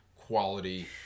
quality